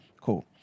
cool